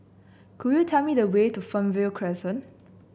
could you tell me the way to Fernvale Crescent